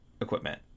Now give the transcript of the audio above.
equipment